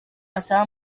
asaba